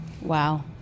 Wow